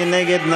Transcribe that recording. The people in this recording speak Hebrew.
מי נגד?